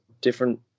different